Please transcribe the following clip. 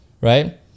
right